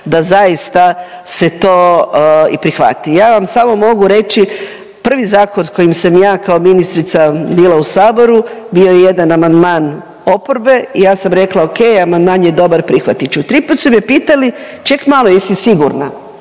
da zaista se to i prihvati. Ja vam samo mogu reći prvi zakon kojim sam ja kao ministrica bila u saboru bio je jedan amandman oporbe i ja sam rekla amandman je dobar, prihvatit ću. Triput su me pitali ček malo, jesi sigurno,